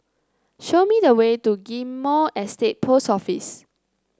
show me the way to Ghim Moh Estate Post Office